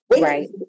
Right